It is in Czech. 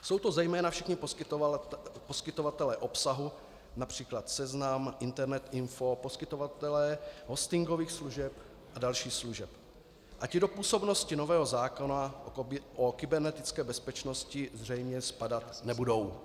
Jsou to zejména všichni poskytovatelé obsahu, např. Seznam, Internet Info, poskytovatelé hostingových služeb a dalších služeb, a ti do působnosti nového zákona o kybernetické bezpečnosti zřejmě spadat nebudou.